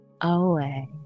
away